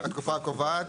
התקופה הקובעת,